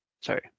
Sorry